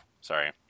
sorry